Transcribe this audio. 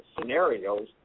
scenarios